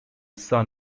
son